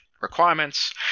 requirements